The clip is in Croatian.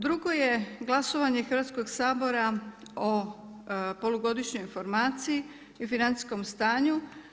Drugo je glasovanje Hrvatskog sabora o polugodišnjoj informaciji i financijskom stanju.